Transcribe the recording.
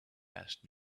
asked